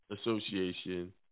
association